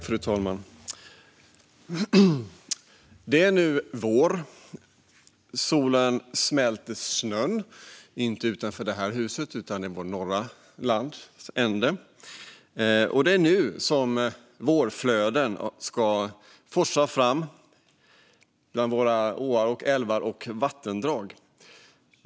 Fru talman! Det är nu vår. Solen smälter snön - inte utanför det här huset men i vår norra landsände - och det är nu vårflöden ska forsa fram i våra åar, älvar och vattendrag.